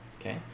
okay